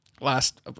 last